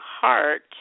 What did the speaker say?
heart